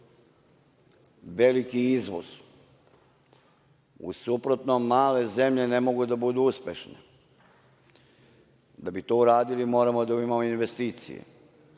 veliki izvoz. U suprotnom male zemlje ne mogu da budu uspešne. Da bi to uradili, moramo da imamo investicije. Zemlja